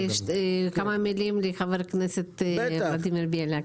חבר הכנסת בליאק.